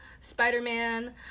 Spider-Man